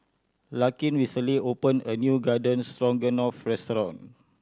Larkin recently opened a new Garden Stroganoff restaurant